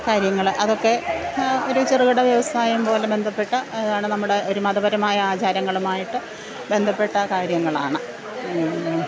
കാര്യങ്ങള് അതൊക്കെ ഒരു ചെറുകിടവ്യവസായം പോലെ ബന്ധപ്പെട്ട അതാണ് നമ്മുടെ ഒരു മതപരമായ ആചാരങ്ങളുമായിട്ട് ബന്ധപ്പെട്ട കാര്യങ്ങളാണ്